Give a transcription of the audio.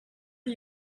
are